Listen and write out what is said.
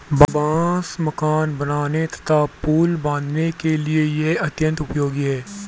बांस मकान बनाने तथा पुल बाँधने के लिए यह अत्यंत उपयोगी है